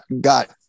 got